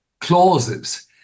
clauses